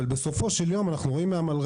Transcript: אבל בסופו של יום אנחנו רואים מהמלר"דים,